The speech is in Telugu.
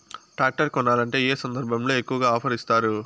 టాక్టర్ కొనాలంటే ఏ సందర్భంలో ఎక్కువగా ఆఫర్ ఇస్తారు?